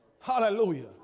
Hallelujah